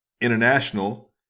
international